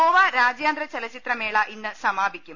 ഗോവ രാജ്യാന്തര ചലച്ചിത്രമേള ഇന്ന് സമാപിക്കും